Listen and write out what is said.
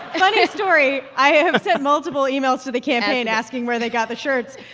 funny story, i have sent multiple emails to the campaign asking where they got the shirts.